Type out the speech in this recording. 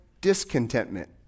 discontentment